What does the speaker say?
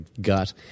gut